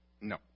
No